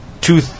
two